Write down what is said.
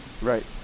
right